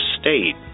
state